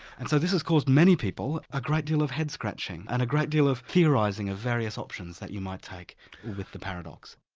and so this has caused many people a great deal of head scratching, and a great deal of theorising of various options that you might take with the paradox.